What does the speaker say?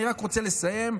אני רק רוצה לסיים,